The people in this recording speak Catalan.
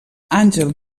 àngel